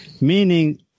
Meaning